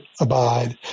abide